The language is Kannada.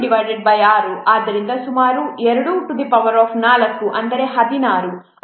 126 ಆದ್ದರಿಂದ ಸುಮಾರು 24 ಅಂದರೆ 16